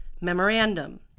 Memorandum